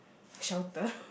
shelter